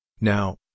Now